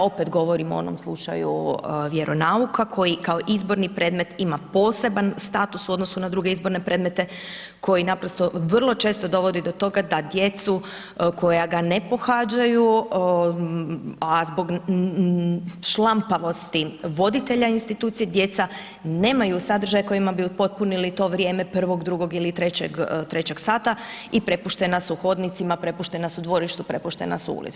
Opet govorim o onom slučaju vjeronauka koji kao izborni predmet ima poseban status u odnosu na druge izborne predmete koji naprosto vrlo često dovodi do toga da djecu koja ga ne pohađaju a zbog šlampavosti voditelja institucije djeca nemaju sadržaj kojima bi upotpunili to vrijeme prvog, drugog ili trećeg sata i prepuštena su hodnicima, prepuštena su dvorištu, prepuštena su ulici.